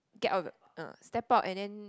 get out of the uh step out and then